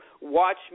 watch